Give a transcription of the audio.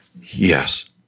yes